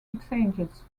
exchanges